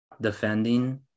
defending